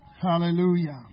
Hallelujah